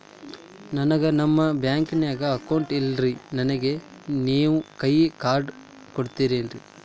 ನನ್ಗ ನಮ್ ಬ್ಯಾಂಕಿನ್ಯಾಗ ಅಕೌಂಟ್ ಇಲ್ರಿ, ನನ್ಗೆ ನೇವ್ ಕೈಯ ಕಾರ್ಡ್ ಕೊಡ್ತಿರೇನ್ರಿ?